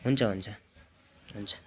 हुन्छ हुन्छ हुन्छ